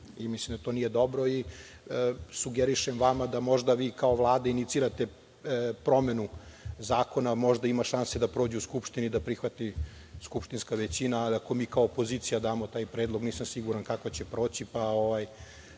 Mislim da to nije dobro i sugerišem vama da možda vi kao Vlada inicirate promenu zakona. Možda ima šanse da prođe u Skupštini, da prihvati skupštinska većina. Ali, ako mi kao opozicija damo taj predlog, nisam siguran kako će proći, a nama